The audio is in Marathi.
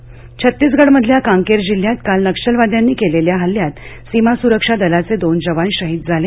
जवान शहीद छत्तीसगडमधल्या कांकेर जिल्ह्यात काल नक्षलवाद्यांनी केलेल्या हल्ल्यात सीमा सुरक्षा दलाचे दोन जवान शहीद झाले